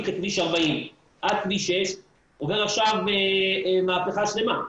לכביש 40 עד כביש 6 עובר עכשיו מהפכה שלמה.